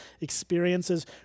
experiences